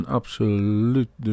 absoluut